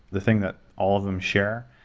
the thing that all of them share,